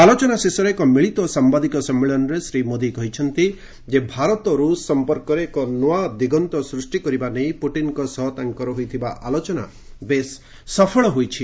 ଆଲୋଚନା ଶେଷରେ ଏକ ମିଳିତ ସମ୍ଭାଦିକ ସମ୍ମିଳନୀରେ ଶ୍ରୀ ମୋଦି କହିଛନ୍ତି ଯେ ଭାରତ ରୁଷ ସଂପର୍କରେ ଏକ ନୂଆ ଦିଗନ୍ତ ସୃଷ୍ଟି କରିବା ପୁଟିନଙ୍କ ସହ ତାଙ୍କର ହୋଇଥିବା ଆଲୋଚନା ବେଶ୍ ସଫଳ ହୋଇଛି